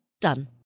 done